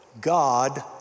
God